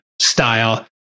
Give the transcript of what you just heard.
style